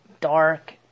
dark